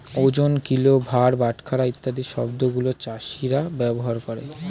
ওজন, কিলো, ভার, বাটখারা ইত্যাদি শব্দ গুলো চাষীরা ব্যবহার করে